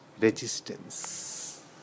resistance